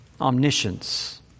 omniscience